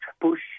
push